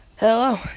Hello